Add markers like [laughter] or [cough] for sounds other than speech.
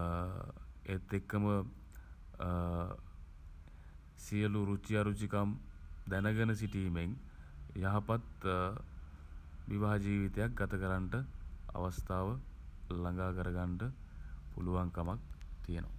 [hesitation] ඒත් එක්කම [hesitation] සියලු රුචි අරුචිකම් [hesitation] දැනගෙන සිටීමෙන් යහපත් [hesitation] විවාහ ජීවිතයක් ගතකරන්න [hesitation] අවස්ථාව [hesitation] ළඟා කරගන්න පුළුවන්කමක් [hesitation] තියෙනවා.